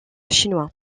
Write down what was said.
chinois